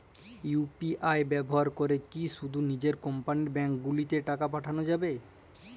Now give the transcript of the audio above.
UPI ব্যবহার করে কি শুধু নিজের কোম্পানীর ব্যাংকগুলিতেই টাকা পাঠানো যাবে?